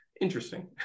interesting